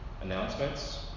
announcements